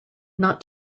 not